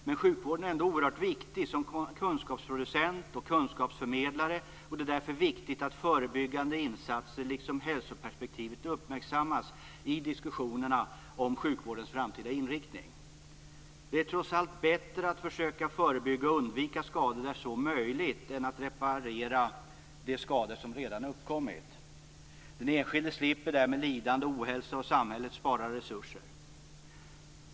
Men sjukvården är ändå oerhört viktig som kunskapsproducent och kunskapsförmedlare, och det är därför viktigt att förebyggande insatser liksom hälsoperspektivet uppmärksammas i diskussionerna om sjukvårdens framtida inriktning. Det är trots allt bättre att försöka förebygga och undvika skador där så är möjligt än att reparera de skador som redan uppkommit. Den enskilde slipper därmed lidande och ohälsa, och samhället sparar resurser.